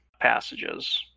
passages